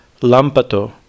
lampato